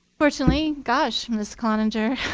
fortunately gosh, miss cloninger,